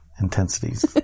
intensities